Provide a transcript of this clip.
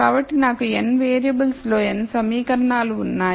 కాబట్టి నాకు n వేరియబుల్స్లో n సమీకరణాలు ఉన్నాయి